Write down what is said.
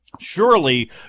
Surely